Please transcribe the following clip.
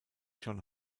john